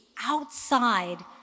outside